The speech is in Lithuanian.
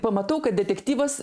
pamatau kad detektyvas